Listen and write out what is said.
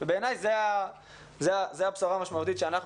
בעיניי זו הבשורה המשמעותית שאנחנו,